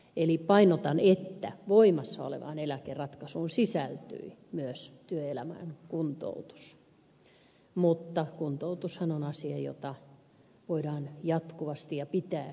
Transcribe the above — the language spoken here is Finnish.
eli painotan että voimassa olevaan eläkeratkaisuun sisältyi myös työelämään kuntoutus mutta kuntoutushan on asia jota voidaan jatkuvasti ja jota pitääkin parantaa